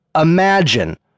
Imagine